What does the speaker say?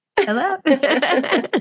Hello